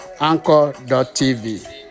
anchor.tv